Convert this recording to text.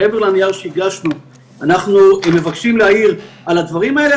מעבר לנייר שהגשנו אנחנו מבקשים להעיר על הדברים האלה.